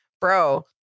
Bro